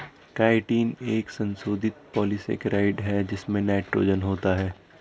chitin एक संशोधित polysaccharide है जिसमें नाइट्रोजन होता है